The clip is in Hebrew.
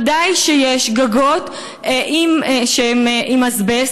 וודאי שיש גגות עם אזבסט,